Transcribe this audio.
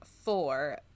four